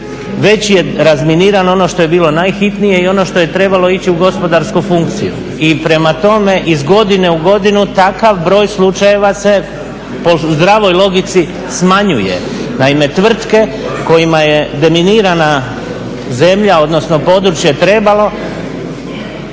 već je razminirano ono što je bilo najhitnije i ono što je trebalo ići u gospodarsku funkciju. I prema tome, iz godine u godinu takav broj slučajeva se po zdravoj logici smanjuje. Naime, tvrtke kojima je deminirana zemlja, odnosno područje trebalo